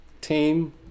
team